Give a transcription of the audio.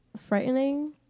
frightening